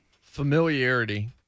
Familiarity